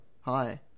Hi